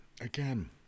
Again